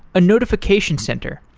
a notification center,